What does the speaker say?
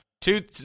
Two